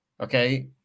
okay